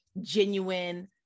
genuine